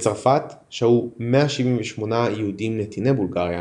בצרפת שהו 178 יהודים נתיני בולגריה,